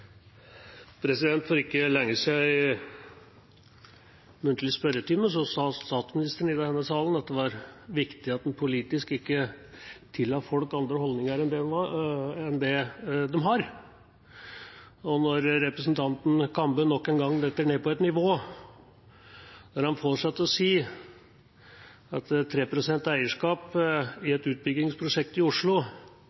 muntlig spørretime i denne salen for ikke lenge siden sa statsministeren det var viktig at en politisk ikke tilla folk andre holdninger enn de har. Når representanten Kambe nok en gang faller ned på et nivå der han får seg til å si at 3 pst. eierskap i